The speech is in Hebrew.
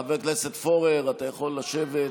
חבר הכנסת פורר, אתה יכול לשבת.